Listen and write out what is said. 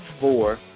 four